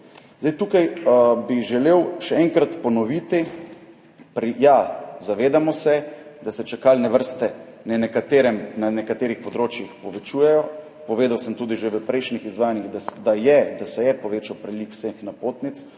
Tukaj bi želel še enkrat ponoviti, ja, zavedamo se, da se čakalne vrste na nekaterih področjih povečujejo. Povedal sem tudi že v prejšnjih izvajanjih, da se je povečal priliv vseh napotnic.